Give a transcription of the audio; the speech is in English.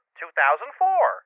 2004